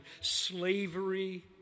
slavery